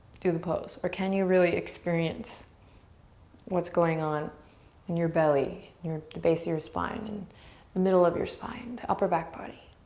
do the pose or can you really experience what's going on in your belly and the base your spine and the middle of your spine? the upper back body.